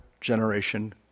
generation